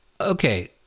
okay